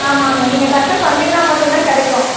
ஆமாங்க நீங்கள் டக்குன்னு வந்திங்கனா மட்டும் தான் கிடைக்கும்